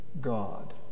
God